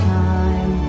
time